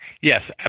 Yes